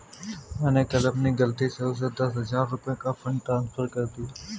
मैंने कल अपनी गलती से उसे दस हजार रुपया का फ़ंड ट्रांस्फर कर दिया